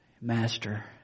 Master